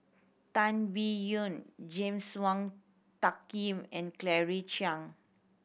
Tan Biyun James Wong Tuck Yim and Claire Chiang